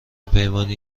پیمانی